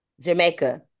Jamaica